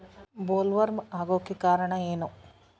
Bollworm ಆಗೋಕೆ ಕಾರಣ ಏನು?